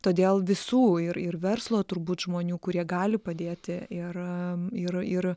todėl visų ir ir verslo turbūt žmonių kurie gali padėti ir ir ir